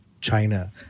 China